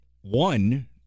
one